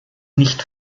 nicht